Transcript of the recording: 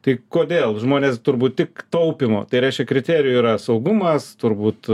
tai kodėl žmonės turbūt tik taupymo tai reiškia kriterijų yra saugumas turbūt